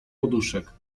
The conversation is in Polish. poduszek